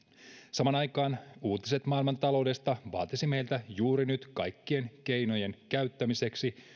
samaan aikaan uutiset maailmantaloudesta vaatisivat meiltä juuri nyt kaikkien keinojen käyttämistä